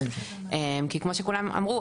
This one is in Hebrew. כי כמו שכולם אמרו,